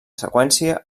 seqüència